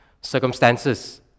circumstances